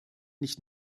nicht